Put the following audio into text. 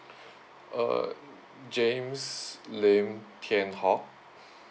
uh james lim ken hock